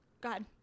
God